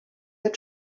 had